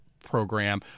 program